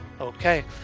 Okay